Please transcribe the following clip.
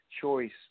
choice